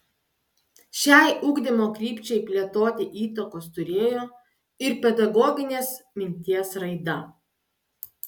šiai ugdymo krypčiai plėtoti įtakos turėjo ir pedagoginės minties raida